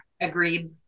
Agreed